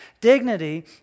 Dignity